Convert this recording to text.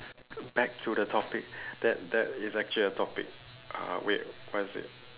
back to the topic that that is actually a topic uh wait what is it